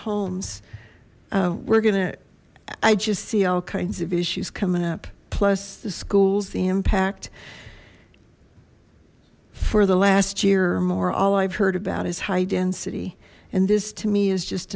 homes we're gonna i just see all kinds of issues coming up plus the schools the impact for the last year or more all i've heard about is high density and this to me is just